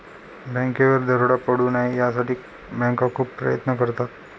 बँकेवर दरोडा पडू नये यासाठी बँका खूप प्रयत्न करतात